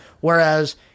Whereas